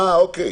אה, אוקיי.